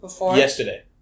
yesterday